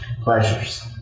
pleasures